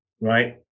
right